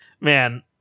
Man